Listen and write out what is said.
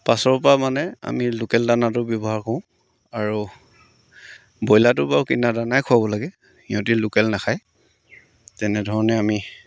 পাছৰপৰা মানে আমি লোকেল দানাটো ব্যৱহাৰ কৰোঁ আৰু ব্ৰইলাৰটো বাৰু কিনা দানাই খুৱাব লাগে সিহঁতি লোকেল নাখায় তেনেধৰণে আমি